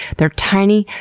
they're tiny,